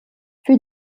für